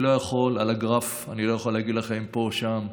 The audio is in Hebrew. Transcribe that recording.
על הגרף אני לא יכול להגיד פה או שם,